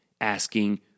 asking